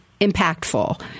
impactful